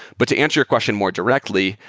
but to answer your question more directly,